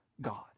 God